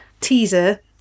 teaser